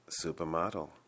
supermodel